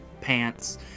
pants